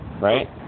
right